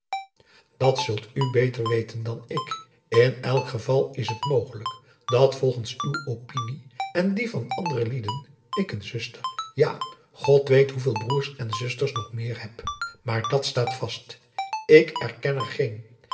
dat zult u beter weten dan ik in elk geval is het mogelijk dat volgens uw opinie en die van andere lieden ik een zuster ja god weet hoeveel broers en zusters nog meer heb maar dàt staat vast ik erken